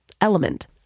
Element